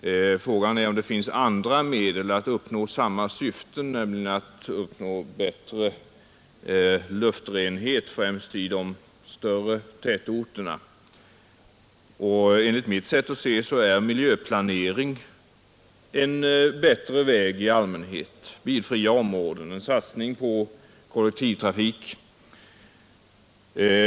Frågan är om det finns andra medel att uppnå samma syfte, nämligen en bättre luftrenhet främst i de större tätorterna. Enligt mitt sätt att se är miljöplanering i allmänhet en bättre väg, med bilfria områden och en satsning på kollektivtrafik.